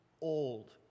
old